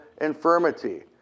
infirmity